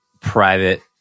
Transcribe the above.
private